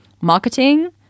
marketing